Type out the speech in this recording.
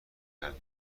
کرده